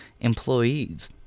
employees